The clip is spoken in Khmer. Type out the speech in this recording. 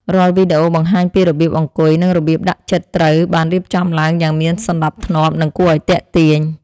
រាល់វីដេអូបង្ហាញពីរបៀបអង្គុយនិងរបៀបដាក់ចិត្តត្រូវបានរៀបចំឡើងយ៉ាងមានសណ្តាប់ធ្នាប់ និង គួរឱ្យទាក់ទាញ។